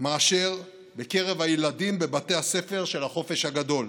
מאשר בקרב הילדים בבתי הספר של החופש הגדול.